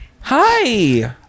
Hi